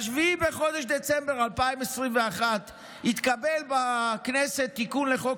ב-7 בדצמבר 2021 התקבל בכנסת תיקון לחוק